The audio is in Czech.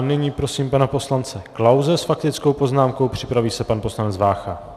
Nyní prosím pana poslance Klause s faktickou poznámkou, připraví se pan poslanec Vácha.